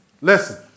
Listen